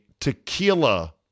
tequila